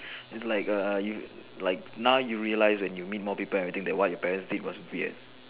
is like a you like now you realise when you meet more people everything that what your parent did was weird